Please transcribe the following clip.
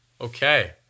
Okay